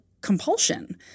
compulsion